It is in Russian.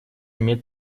имеет